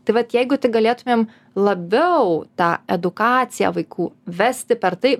tai vat jeigu tik galėtumėm labiau tą edukaciją vaikų vesti per tai